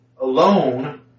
alone